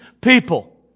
people